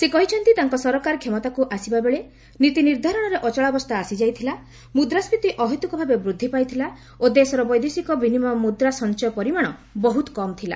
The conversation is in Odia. ସେ କହିଛନ୍ତି ତାଙ୍କ ସରକାର କ୍ଷମତାକୁ ଆସିବାବେଳେ ନୀତି ନିର୍ଦ୍ଧାରଣରେ ଅଚଳାବସ୍ଥା ଆସିଯାଇଥିଲା ମୁଦ୍ରାସ୍କୀତି ଅହେତୁକ ଭାବେ ବୃଦ୍ଧି ପାଇଥିଲା ଓ ଦେଶର ବୈଦେଶିକ ବିନିମୟ ମୁଦ୍ରା ସଞ୍ଚୟ ପରିମାଣ ବହୁତ କମ୍ ଥିଲା